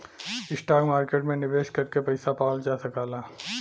stock market में निवेश करके पइसा पावल जा सकला